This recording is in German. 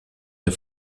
der